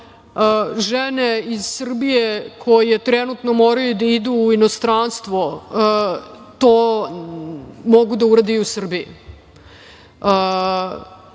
žene iz Srbije koje trenutno moraju da idu u inostranstvo to mogu da urade i u Srbiji.